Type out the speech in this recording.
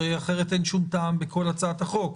אחרת אין שום טעם בכל הצעת החוק.